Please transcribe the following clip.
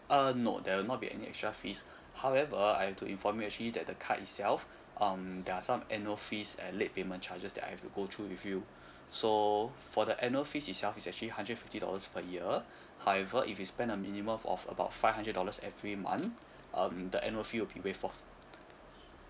uh no there will not be any extra fees however I have to inform you actually that the card itself um there are some annual fees and late payment charges that I have to go through with you so for the annual fees itself it's actually hundred fifty dollars per year however if you spend a minimum of about five hundred dollars every month um the annual fee will be waived off